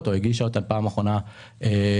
או הגישה אותם בפעם האחרונה בזמן,